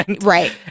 right